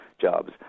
jobs